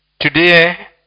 Today